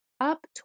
up